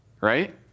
right